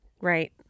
Right